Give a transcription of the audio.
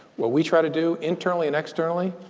what we try to do, internally and externally,